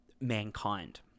mankind